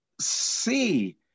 see